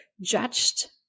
judged